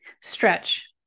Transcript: Stretch